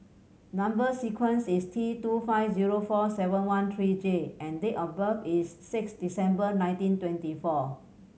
number sequence is T two five zero four seven one three J and date of birth is six December nineteen twenty four